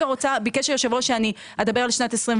ביקש היושב ראש שאני אדבר על שנת 2024,